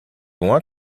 loin